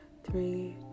three